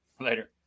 Later